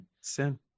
Sin